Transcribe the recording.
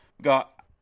Got